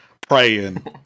praying